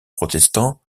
protestant